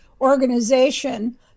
organization